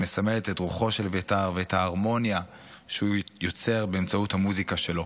שמסמנת את רוחו של אביתר ואת ההרמוניה שהוא יוצר באמצעות המוזיקה שלו.